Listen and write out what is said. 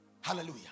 hallelujah